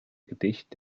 gedicht